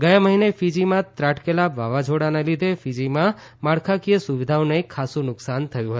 ગયા મહિને ફિજીમાં ત્રાટકેલા વાવાઝોડાના લીધે ફિજીમાં માળખાકીય સુવિધીઓને ખાસ્સુ નુકસાન થયું હતું